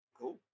Cool